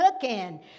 cooking